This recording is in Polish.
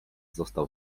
został